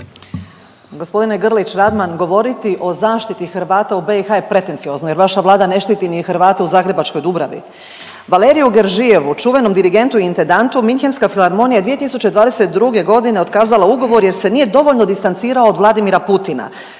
Gospodine Grlić Radman govoriti o zaštiti Hrvata u BiH je pretenciozno jer vaša Vlada ne štititi ni Hrvate u zagrebačkoj Dubravi. Valeriju Geržijevu čuvenom dirigentu intendantu minhenska filharmonija 2022.g. otkazala ugovor jer se nije dovoljno distancirao od Vladimira Putina.